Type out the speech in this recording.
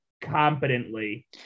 competently